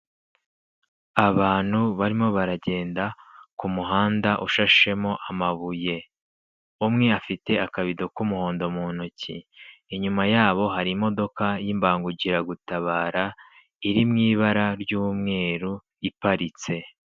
Abantu barimo baragenda ku muhanda ushashemo amabuye. Umwe afite akabido k'umuhondo mu ntoki. Inyuma yabo hari imodoka y'imbangukiragutabara iri mu ibara ry'umweru, iparitse.